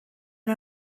not